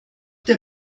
der